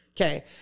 Okay